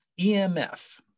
EMF